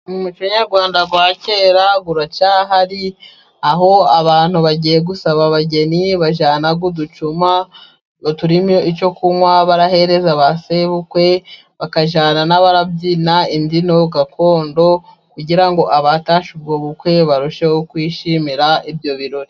Umuco nyarwanda wa kera uracyahari, aho abantu bagiye gusaba abageni bajyana uducuma turimo icyo kunywa barahereza ba sebukwe, bakajyana n'abarabyina imbyino gakondo kugira abatashye ubwo bukwe barusheho kwishimira ibyo birori.